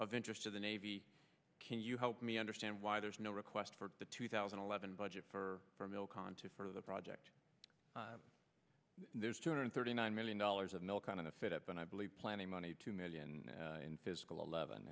of interest to the navy can you help me understand why there's no request for the two thousand and eleven budget for for milk onto for the project there's two hundred thirty nine million dollars of milk and if it up and i believe planning money two million in fiscal eleven